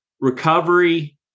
Recovery